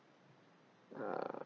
ya